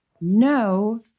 no